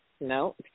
No